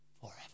forever